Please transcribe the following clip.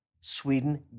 Sweden